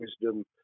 wisdom